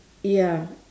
ya